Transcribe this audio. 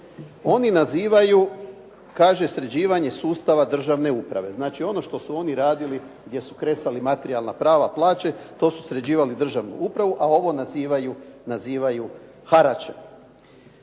oni nazivaju, kaže sređivanje sustava državne uprave. Znači ono što su oni radili gdje su kresali materijalna prava, plaće, to su sređivali državnu upravu, a ovo nazivaju haračem.